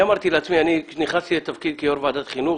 אני אמרתי לעצמי כשאני נכנסתי לתפקיד יו"ר ועדת חינוך,